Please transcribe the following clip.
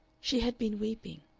she had been weeping.